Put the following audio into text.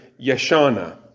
Yeshana